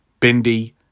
Bindi